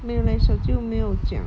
没有 leh 小舅没有讲